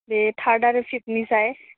बे थार्द आरो फिफ्थनिख्रुय